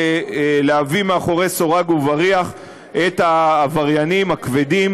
ולהביא אל מאחורי סורג את העבריינים הכבדים